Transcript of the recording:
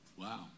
Wow